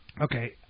Okay